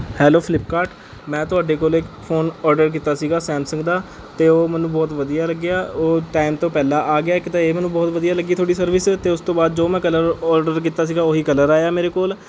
hello Flipkart ਮੈਂ ਤੁਹਾਡੇ ਕੋਲ ਇੱਕ ਫ਼ੋਨ ਆਰਡਰ ਕੀਤਾ ਸੀ ਸੈਮਸੰਗ ਦਾ ਅਤੇ ਉਹ ਮੈਨੂੰ ਬਹੁਤ ਵਧੀਆ ਲੱਗਿਆ ਉਹ ਟਾਈਮ ਤੋਂ ਪਹਿਲਾ ਆ ਗਿਆ ਇੱਕ ਤਾਂ ਇਹ ਮੈਨੂੰ ਬਹੁਤ ਵਧੀਆ ਲੱਗੀ ਤੁਹਾਡੀ ਸਰਵਿਸ ਅਤੇ ਉਸ ਤੋਂ ਬਾਅਦ ਜੋ ਮੈਂ ਕਲਰ ਆਰਡਰ ਕੀਤਾ ਸੀ ਉਹ ਕਲਰ ਆਇਆ ਮੇਰੇ ਕੋਲ